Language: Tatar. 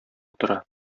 утыра